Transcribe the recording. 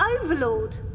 Overlord